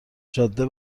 جاده